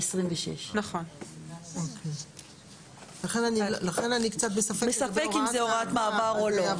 2026. לכן אני קצת בספק אם זו הוראת מעבר או לא.